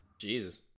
Jesus